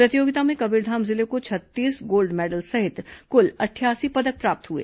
प्रतियोगिता में कबीरधाम जिले को छत्तीस गोल्ड मैडल सहित कुल अठासी पदक प्राप्त हुए